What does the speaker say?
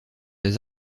des